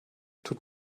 tut